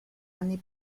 anni